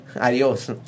Adios